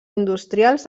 industrials